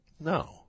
No